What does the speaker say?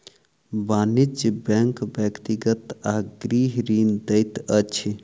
वाणिज्य बैंक व्यक्तिगत आ गृह ऋण दैत अछि